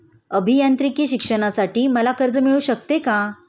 अभियांत्रिकी शिक्षणासाठी मला कर्ज मिळू शकते का?